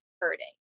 hurting